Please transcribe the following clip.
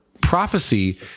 prophecy